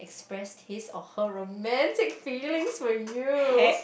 expressed his or her romantic feelings for you